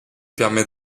permet